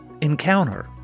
encounter